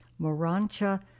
Morancha